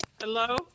Hello